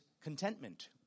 contentment